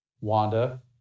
Wanda